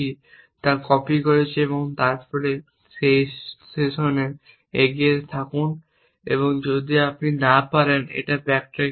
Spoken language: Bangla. তা কপি করেছি এবং তারপরে সেই সেশনে এগিয়ে যেতে থাকুন যদি আপনি না পারেন এটা ব্যাকট্র্যাক খুঁজে